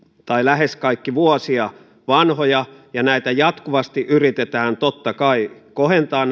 tai lähes kaikki vuosia vanhoja ja jatkuvasti yritetään totta kai kohentaa